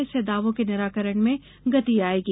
इससे दावों के निराकरण में गति आएगी